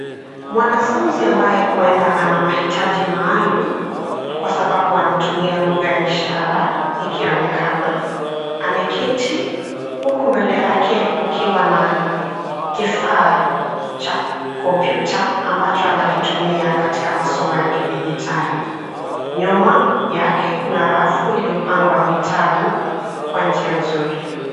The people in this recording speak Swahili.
Mwanafunzi ambaye huenda ana mahitaji maalumu, kwa sababu anatumia lugha ya ishara, ikionekana. Ameketi, huku mbele yake kukiwa na kifaa cha kompyuta, ambacho anakitumia katika masomo ya kidijitali. Nyuma yake kuna rafu iliyopangwa vitabu, kwa njia nzuri.